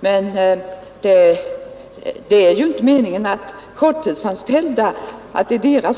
Men meningen är inte att endast korttidsanställdas